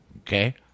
Okay